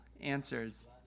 answers